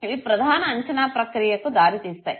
ఇవి ప్రధాన అంచనా ప్రక్రియకు దారి తీస్తాయి